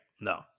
No